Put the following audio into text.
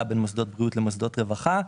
במוסדות בריאות וההקצאה במוסדות רווחה.